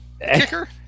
Kicker